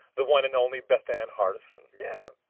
the one and only bethann hardison yeah.